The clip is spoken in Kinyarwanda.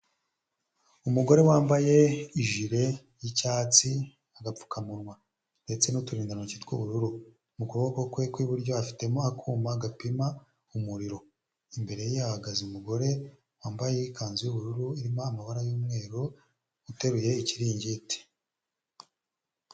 Umugore wambaye ijire y'icyatsi, agapfukamunwa, ndetse n'uturindantoki tw'ubururu. Mu kuboko kwe kw'iburyo, afitemo akuma gapima umuriro. Imbere ye hahagaze umugore wambaye ikanzu y'ubururu irimo amabara y'umweru, ateruye ikiringiti.